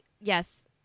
yes